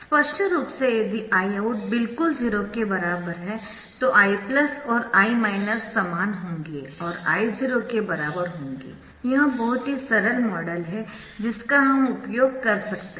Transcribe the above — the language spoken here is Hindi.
स्पष्ट रूप से यदि Iout बिल्कुल 0 के बराबर है तो I और I समान होंगे और I0 के बराबर होंगे यह बहुत ही सरल मॉडल है जिसका हम उपयोग कर सकते है